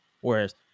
Whereas